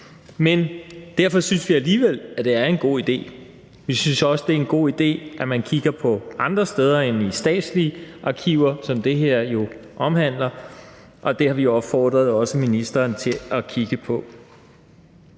Men derfor synes vi alligevel, at det er en god idé. Vi synes også, det er en god idé, at man kigger på andre steder end de statslige arkiver, som det her jo omhandler, og det har vi også opfordret ministeren til at gøre.